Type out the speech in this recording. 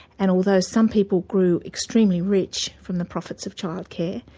and although some people grew extremely rich from the profits of childcare,